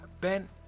Ben